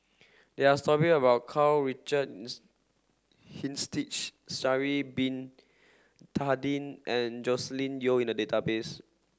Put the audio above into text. there are story about Karl Richard Hanitsch Sha'ari bin Tadin and Joscelin Yeo in the database